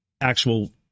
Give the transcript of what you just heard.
actual